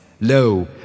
Lo